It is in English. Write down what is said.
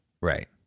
Right